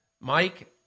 Mike